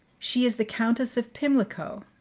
she is the countess of pimlico.